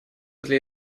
для